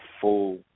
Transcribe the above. full